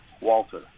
Walter